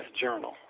journal